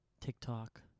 TikTok